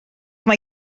mae